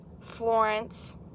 florence